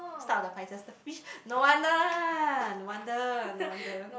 start of the Pisces the fish no wonder lah no wonder no wonder